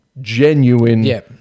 genuine